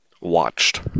watched